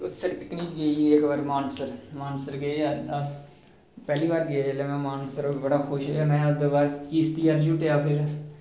इक बारी साढ़ी पिकनिक गेई इक बारी मानसर मानसर गे हे अस पैह्ले बारी गे जेल्लै मैं मानसर में बड़ा खुश होएया ते ओह्दे बाद किस्तियै पर झूटे लैते